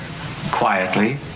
quietly